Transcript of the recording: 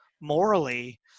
morally